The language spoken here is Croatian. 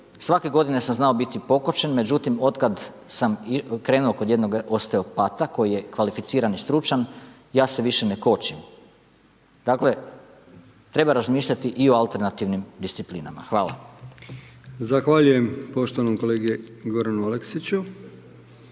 svake godine sam znao biti pokočen, međutim, od kada sam krenuo kod jednom osteopata, koji je kvalificiran i stručan ja se više ne kočim. Dakle, treba razmišljati i o alternativnim disciplinama. Hvala. **Brkić, Milijan (HDZ)** Zahvaljujem poštovanom kolegi Goranu Aleksiću,